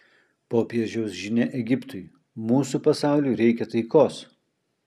popiežiaus žinia egiptui mūsų pasauliui reikia taikos